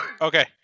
Okay